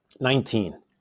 Nineteen